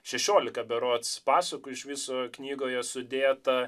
šešiolika berods pasukų iš viso knygoje sudėta